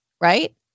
right